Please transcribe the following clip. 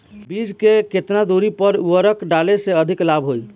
बीज के केतना दूरी पर उर्वरक डाले से अधिक लाभ होई?